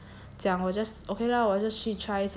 讲我 just okay lah 我 just 去 try 一下 lor